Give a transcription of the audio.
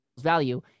value